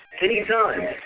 Anytime